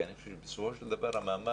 כי אני חושב שבסופו של דבר המעמד